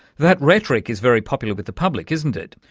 that rhetoric is very popular with the public, isn't it.